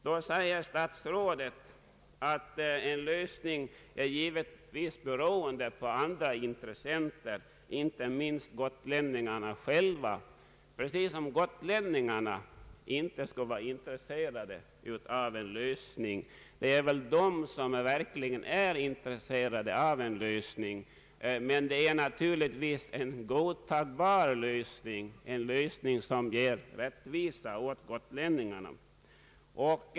Statsrådet säger att en lösning givetvis är beroende på andra intressenter, inte minst gotlänningarna själva. Precis som om gotiänningarna inte skulle vara intresserade av en lösning! Det är väl de som verkligen är intresserade av en lösning — men naturligtvis en godtagbar lösning som ger rättvisa åt gotlänningarna.